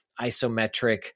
isometric